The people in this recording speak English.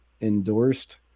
endorsed